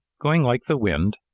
going like the wind,